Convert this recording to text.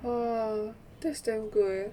orh that's damn good